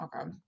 Okay